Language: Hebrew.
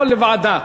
או בוועדה?